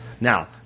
Now